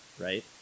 right